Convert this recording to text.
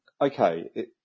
okay